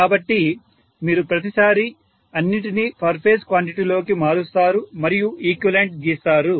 కాబట్టి మీరు ప్రతి సారి అన్నిటినీ పర్ ఫేజ్ క్వాంటిటీలోకి మారుస్తారు మరియు ఈక్వివలెంట్ గీస్తారు